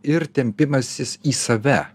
ir tempimasis į save